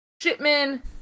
Shipman